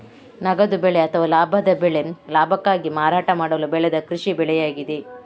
ನಗದು ಬೆಳೆ ಅಥವಾ ಲಾಭದ ಬೆಳೆ ಲಾಭಕ್ಕಾಗಿ ಮಾರಾಟ ಮಾಡಲು ಬೆಳೆದ ಕೃಷಿ ಬೆಳೆಯಾಗಿದೆ